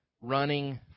running